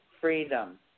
Freedom